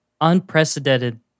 unprecedented